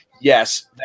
yes